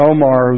Omar